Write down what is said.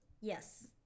Yes